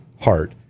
heart